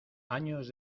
años